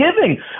giving